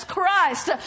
Christ